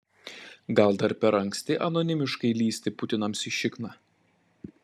gal dar per anksti anonimiškai lįsti putinams į šikną